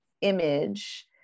image